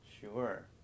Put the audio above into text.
Sure